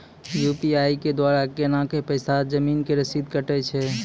UPI के द्वारा केना कऽ पैसा जमीन के रसीद कटैय छै?